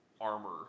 armor